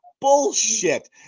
bullshit